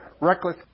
reckless